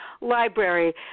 library